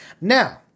now